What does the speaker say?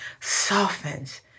softens